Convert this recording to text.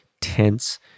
tense